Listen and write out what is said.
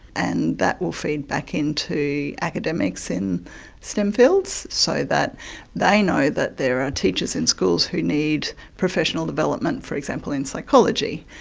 and that will feed back into academics in stem fields so that they know that there are teachers in schools who need professional development, for example, in psychology.